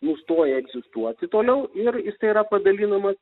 nustoja egzistuoti toliau ir ir tai yra padalinamas